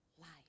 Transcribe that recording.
life